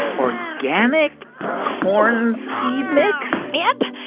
organic corn seed mix? yep.